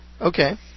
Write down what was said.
Okay